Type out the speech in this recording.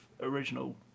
original